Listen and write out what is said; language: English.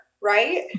right